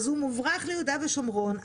אז הוא מוברח ליהודה ושומרון.